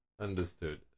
Understood